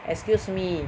excuse me